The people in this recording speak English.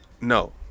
No